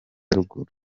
ruguru